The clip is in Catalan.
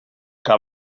que